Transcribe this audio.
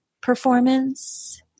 performance